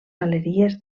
galeries